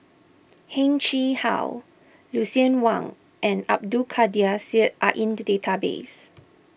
Heng Chee How Lucien Wang and Abdul Kadir Syed are in the database